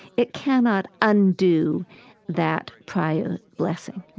it cannot undo that prior blessing.